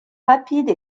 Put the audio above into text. rapide